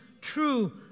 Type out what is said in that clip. true